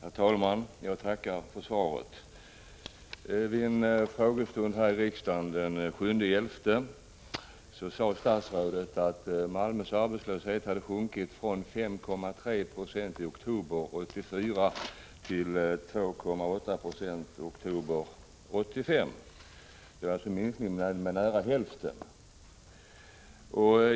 Herr talman! Jag tackar för svaret. Vid en frågestund här i riksdagen den 7 november sade statsrådet att arbetslösheten i Malmö hade sjunkit från 5,3 96 i oktober 1984 till 2,8 90 i oktober 1985. Det var alltså en minskning med nära hälften.